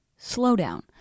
slowdown